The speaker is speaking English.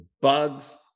bugs